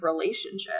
relationship